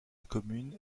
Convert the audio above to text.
commune